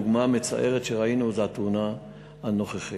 דוגמה מצערת שראינו זו התאונה הנוכחית.